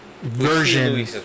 version